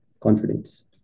confidence